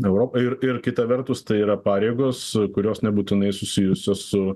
europoj ir ir kita vertus tai yra pareigos kurios nebūtinai susijusios su